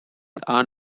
are